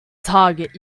target